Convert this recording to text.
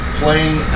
playing